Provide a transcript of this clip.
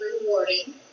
rewarding